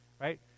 Right